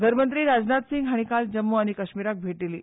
घरमंत्री राजनाथ सिंग हाणी काल जम्मु आनी काश्मीराक भेट दिली